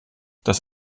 das